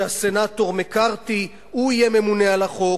שהסנטור מקארתי יהיה ממונה על החוק.